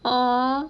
!aww!